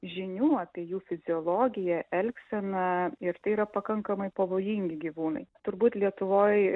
žinių apie jų fiziologiją elgseną ir tai yra pakankamai pavojingi gyvūnai turbūt lietuvoj